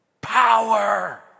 power